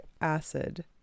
acid